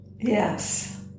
Yes